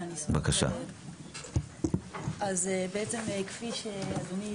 בעצם כפי שאדוני